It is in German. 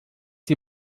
die